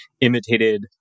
imitated